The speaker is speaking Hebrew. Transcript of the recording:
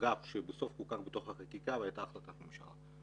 שבסוף חוקק בתוך החקיקה והייתה החלטת ממשלה.